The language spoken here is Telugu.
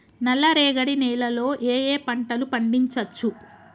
నల్లరేగడి నేల లో ఏ ఏ పంట లు పండించచ్చు?